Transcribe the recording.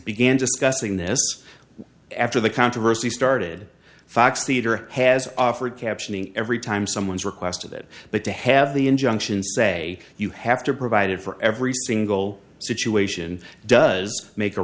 began discussing this after the controversy started fox theater has offered captioning every time someone's requested it but to have the injunction say you have to provide it for every single situation does make a